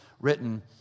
written